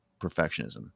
perfectionism